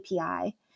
API